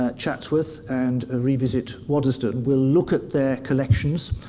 ah chatsworth and revisit waddesdon, will look at their collections,